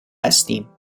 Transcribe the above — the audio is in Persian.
هستیم